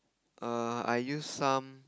err I use some